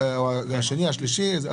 השני והשלישי.